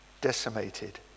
decimated